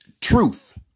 Truth